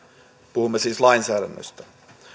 puhumme siis lainsäädännöstä